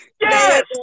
Yes